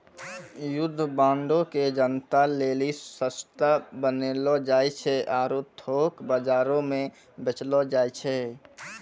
युद्ध बांडो के जनता लेली सस्ता बनैलो जाय छै आरु थोक बजारो मे बेचलो जाय छै